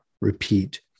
repeat